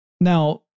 Now